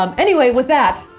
um anyway with that,